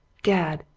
gad!